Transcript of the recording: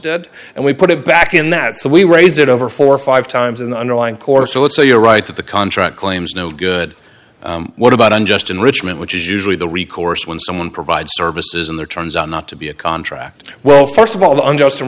dead and we put it back in that so we raised it over four or five times in the underlying core so let's say you're right that the contract claims no good what about unjust enrichment which is usually the recourse when someone provides services and there turns out not to be a contract well st of all the unjust